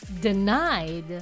denied